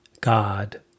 God